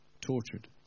tortured